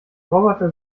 roboter